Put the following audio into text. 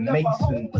Mason